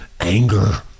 anger